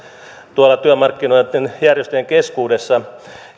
tuolla työmarkkinajärjestöjen keskuudessa